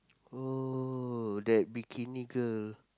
oh that bikini girl